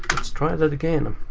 let's try that again.